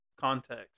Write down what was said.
context